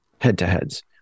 head-to-heads